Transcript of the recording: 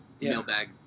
mailbag